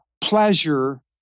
pleasure